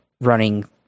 running